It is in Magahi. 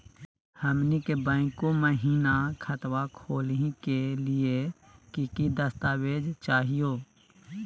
हमनी के बैंको महिना खतवा खोलही के लिए कि कि दस्तावेज चाहीयो?